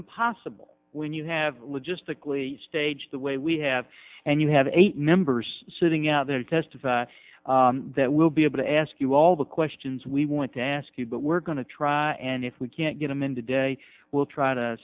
impossible when you have logistically stage the way we have and you have eight members sitting out there to testify that we'll be able to ask you all the questions we want to ask you but we're going to try and if we can't get them in today we'll try to